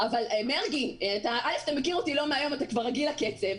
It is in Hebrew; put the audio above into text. אתה מכיר אותי לא מהיום ואתה כבר רגיל לקצב.